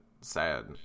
sad